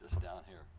down here.